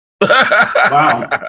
Wow